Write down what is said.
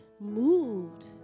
moved